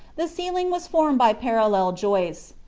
the ceiling was formed by parallel joists,